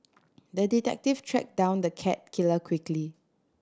the detective tracked down the cat killer quickly